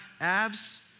abs